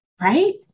right